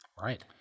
Right